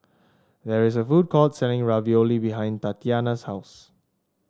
there is a food court selling Ravioli behind Tatyanna's house